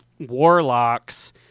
warlocks